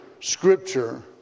scripture